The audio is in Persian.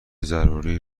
ضروری